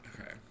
Okay